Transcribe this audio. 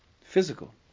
physical